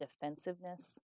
defensiveness